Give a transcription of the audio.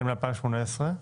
מ-2018.